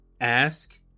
Ask